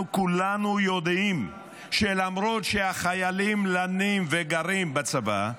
אנחנו כולנו יודעים שלמרות שהחיילים לנים וגרים בצבא,